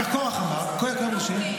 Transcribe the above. כך קרח אמר: כל העדה קדושים.